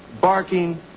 barking